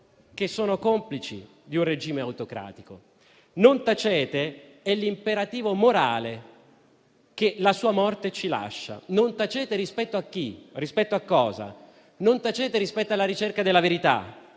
che sono complici di un regime autocratico. Non tacete: è l'imperativo morale che la sua morte ci lascia. Non tacete, ma rispetto a chi, rispetto a cosa? Non tacete rispetto alla ricerca della verità.